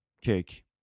cake